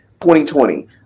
2020